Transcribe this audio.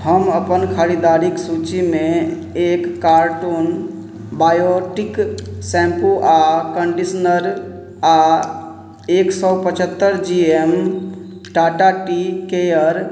हम अपन खरिदारीके सूचीमे एक कार्टून बायोटिक शैम्पू आओर कन्डिशनर आओर एक सओ पचहत्तरि G M Tata tea care